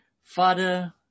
Father